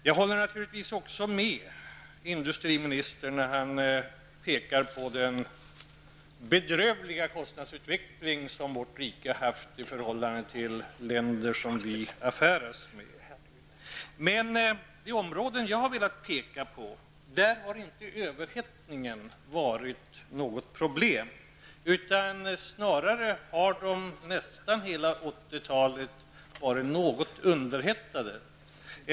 Jag håller naturligtvis med industriministern när han pekar på den bedrövliga kostnadsutveckling som vårt rike har haft i förhållande till våra konkurrentländer. Men i de områden som jag har velat peka på har överhettningen inte varit något problem, utan snarare har de under nästan hela 80-talet varit något underhettade.